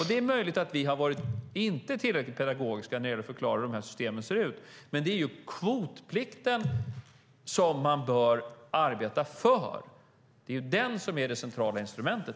Det är möjligt att vi inte har varit tillräckligt pedagogiska när det gäller att förklara hur de här systemen ser ut, men det är kvotplikten som man bör arbeta för - det är den som är det centrala instrumentet.